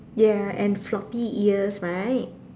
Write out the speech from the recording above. ya and floppy ears right